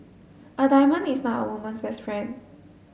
a diamond is not a woman's best friend